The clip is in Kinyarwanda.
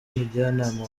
mujyanama